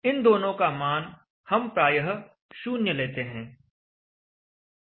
इन दोनों का मान हम प्रायः 0 लेते हैं